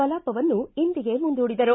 ಕಲಾಪವನ್ನು ಇಂದಿಗೆ ಮುಂದೂಡಿದರು